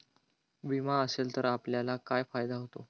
विमा असेल तर आपल्याला काय फायदा होतो?